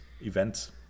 event